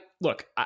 look